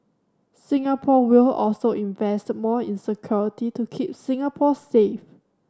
Singapore will also invest more in security to keep Singapore safe